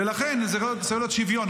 ולכן צריך להיות שוויון.